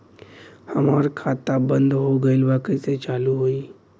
हमार खाता बंद हो गईल बा कैसे चालू होई?